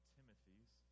Timothys